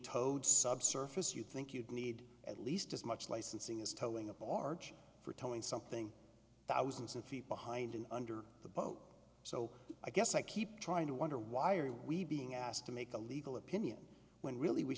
towed subsurface you'd think you'd need at least as much licensing is telling a large for towing something thousands of feet behind and under the boat so i guess i keep trying to wonder why are we being asked to make a legal opinion when really we